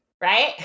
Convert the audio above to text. Right